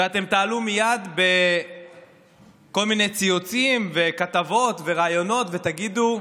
ואתם תעלו מייד בכל מיני ציוצים וכתבות וראיונות ותגידו: